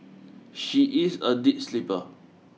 she is a deep sleeper